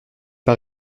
par